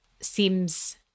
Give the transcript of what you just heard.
seems